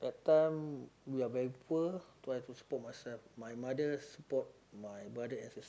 that time we are very poor so I have to support myself my mother support my brother as a